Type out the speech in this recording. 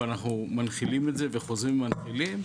ואנחנו מנחילים את זה וחוזרים ומנחילים.